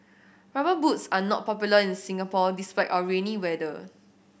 Rubber Boots are not popular in Singapore despite our rainy weather